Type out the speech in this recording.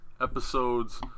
episodes